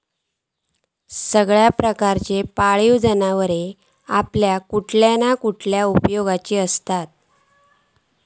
सगळ्या प्रकारची पाळीव जनावरां आपल्या खयल्या ना खयल्या उपेगाची आसततच